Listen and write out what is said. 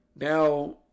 Now